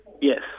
Yes